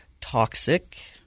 toxic